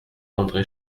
andré